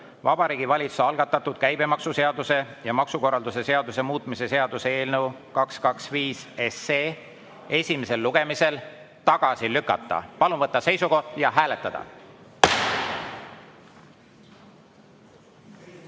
Vabariigi Valitsuse algatatud käibemaksuseaduse ja maksukorralduse seaduse muutmise seaduse eelnõu 225 esimesel lugemisel tagasi lükata. Palun võtta seisukoht ja hääletada!